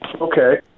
Okay